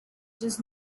does